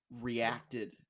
reacted